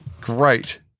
Great